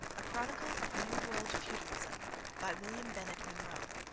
a chronicle of new-world feudalism by william bennett munro